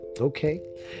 Okay